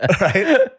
Right